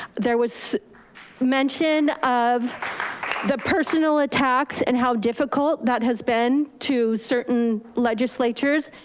there was mention of the personal attacks and how difficult that has been to certain legislatures.